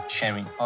sharing